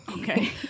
Okay